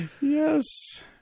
Yes